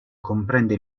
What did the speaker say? comprende